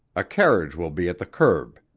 a carriage will be at the curb.